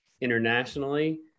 internationally